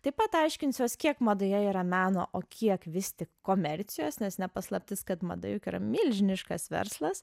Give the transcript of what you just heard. taip pat aiškinsiuos kiek madoje yra meno o kiek vis tik komercijos nes ne paslaptis kad mada juk yra milžiniškas verslas